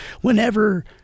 whenever